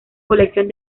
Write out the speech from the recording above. colección